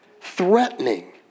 threatening